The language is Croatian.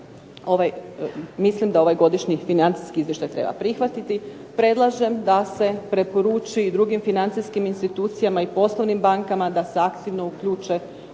mislim da ovaj godišnji financijski izvještaj treba prihvatiti. Predlažem da se preporuči i drugim financijskim institucijama i poslovnim bankama, da se aktivno uključe